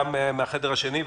גם מהחדר השני,